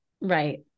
right